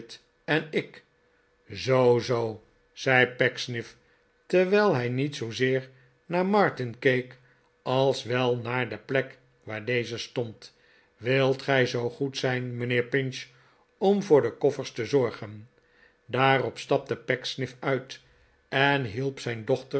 en ik r zoo zoo zei pecksniff terwijl hij niet zoozeer naar martin keek als wel naar de plek waar deze stond wilt gij zoo goed zijn mijnheer pinch om voor de koffers te zorgen daarop stapte pecksniff uit en hielp zijn dochters